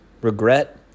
regret